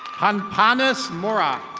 hanpanas mora.